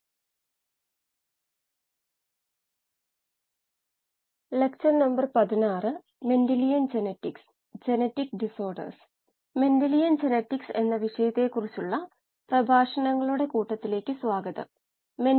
ബയോറിയാക്ടറുകളെ കുറിച്ചുള്ള പ്രഭാഷണം 16 എൻ